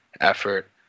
effort